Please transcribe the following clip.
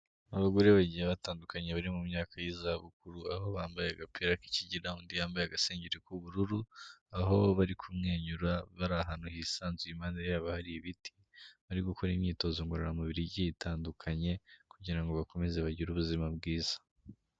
Abagore bagiye batandukanye bari mu myaka y'izabukuru, aho bambaye agapira k'ikigina undi yambaye agasengeri k'ubururu, aho bari kumwenyura bari ahantu hisanzuye impande yabo hari ibiti. Bari gukora imyitozo ngororamubiri igiye itandukanye kugira ngo bakomeze bagire ubuzima bwiza.